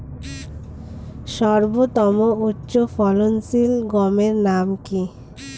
সর্বতম উচ্চ ফলনশীল গমের নাম কি?